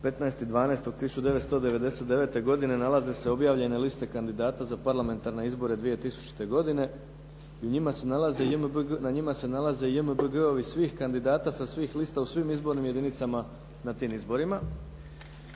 15. 12. 1999. godine nalaze se objavljene liste kandidata za parlamentarne izbore 2000. godine i na njima se nalaze JMBG-ovi svih kandidata sa svih lista u svim izbornim jedinicama na tim izborima.